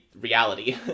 reality